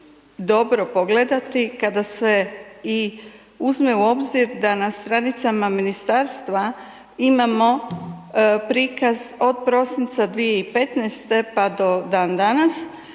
dobro pogledati kada se i uzme u obzir da na stranicama ministarstva imamo prikaz od prosinca 2015. pa do dan danas,